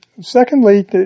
Secondly